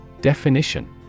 DEFINITION